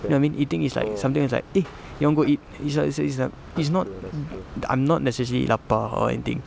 no I mean it's like sometimes it's like eh you want to go eat it's a it's a it's a it's not I'm not necessarily lapar or anything